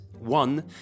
one